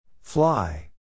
Fly